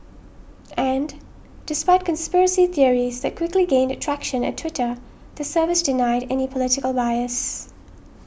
and despite conspiracy theories that quickly gained traction at Twitter the service denied any political bias